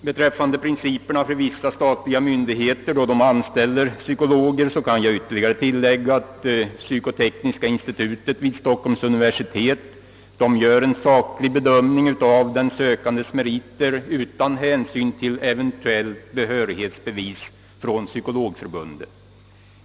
Beträffande vissa statliga myndigheters principer vid anställning av psykologer kan jag tillägga att psykotekniska institutet vid Stockholms univer sitet gör en saklig bedömning av den sökandes meriter utan hänsyn till eventuellt behörighetsbevis från Psykologförbundet.